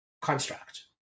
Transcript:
construct